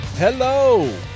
Hello